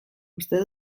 uste